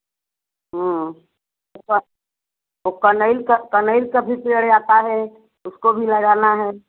हाँ और कनेर का कनेर का भी पेड़ आता है उसको भी लगाना है